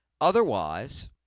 Otherwise